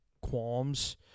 qualms